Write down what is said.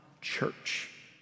church